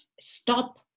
stop